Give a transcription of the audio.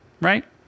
Right